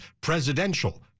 presidential